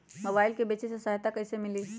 Mobile से बेचे में सहायता कईसे मिली?